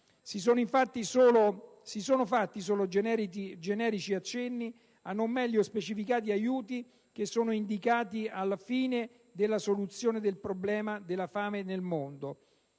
Si sono fatti solo generici accenni a non meglio specificati aiuti indicati quale soluzione del problema della fame nel mondo.